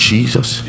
Jesus